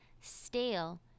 stale